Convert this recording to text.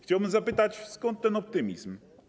Chciałbym zapytać, skąd ten optymizm.